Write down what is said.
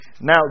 Now